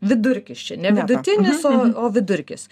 vidurkis čia ne vidutinis o o vidurkis